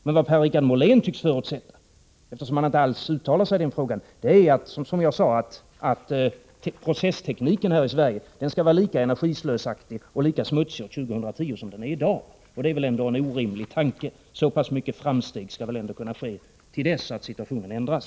Men vad Per-Richard Molén tycks förutsätta, eftersom han inte alls uttalar sig i den frågan, är som jag sade tidigare att processtekniken här i Sverige skall vara lika energislösaktig och lika smutsig år 2010 som den är i dag. Det är väl ändå en orimlig tanke. Så pass stora framsteg skall väl ändå kunna ske till dess att situationen ändras.